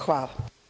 Hvala.